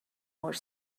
more